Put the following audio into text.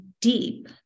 deep